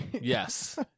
Yes